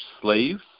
slaves